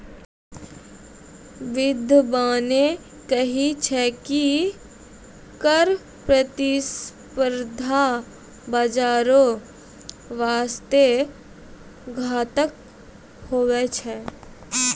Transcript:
बिद्यबाने कही छै की कर प्रतिस्पर्धा बाजारो बासते घातक हुवै छै